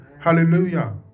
hallelujah